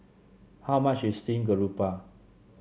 how much is Steamed Garoupa